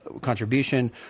Contribution